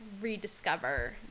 rediscover